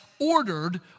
ordered